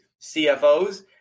CFOs